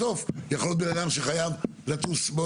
כי יכול להיות בן אדם שחייב לטוס בעוד